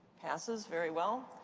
passes. very well.